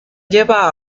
lleva